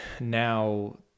now